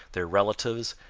their relatives,